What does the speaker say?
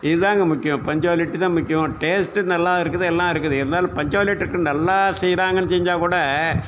இதாங்க முக்கியம் பஞ்சுவாலிட்டி தான் முக்கியம் டேஸ்ட் நல்லா இருக்குது எல்லாம் இருக்குது இருந்தாலும் பஞ்சுவாலிட்டிக்கு நல்லா செய்கிறாங்கன்னு செஞ்சாக்கூட